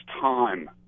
time